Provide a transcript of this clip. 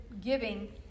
giving